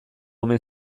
omen